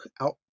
out